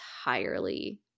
entirely